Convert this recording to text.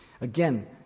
Again